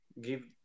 give